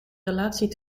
relatie